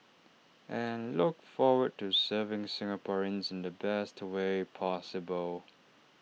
and look forward to serving Singaporeans in the best way possible